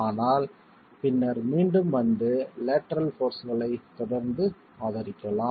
ஆனால் பின்னர் மீண்டும் வந்து லேட்டரல் போர்ஸ்களைத் தொடர்ந்து ஆதரிக்கலாம்